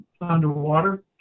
underwater